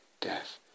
death